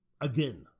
again